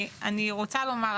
אני רוצה לומר,